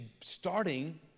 starting